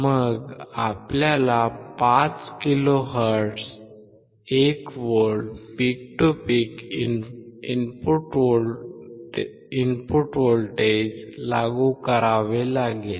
मग आपल्याला 5 किलोहर्ट्झवर 1V peak to peak input लागू करावे लागेल